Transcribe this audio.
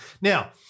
Now